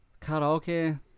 karaoke